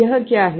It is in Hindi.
यह क्या है